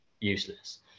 useless